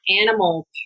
animal